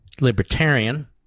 libertarian